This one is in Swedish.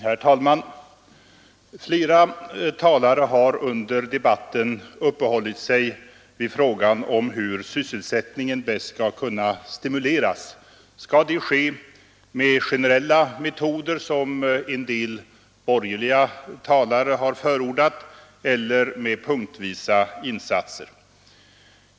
Herr talman! Flera talare har under debatten uppehållit sig vid frågan hur sysselsättningen bäst skall kunna stimuleras. Skall det ske med generella metoder, som en del borgerliga talare har förordat, eller med punktvisa insatser?